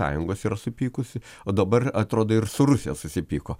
sąjungos yra supykusi o dabar atrodo ir su rusija susipyko